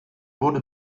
wurde